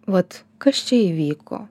vat kas čia įvyko